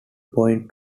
point